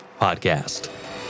Podcast